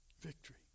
Victory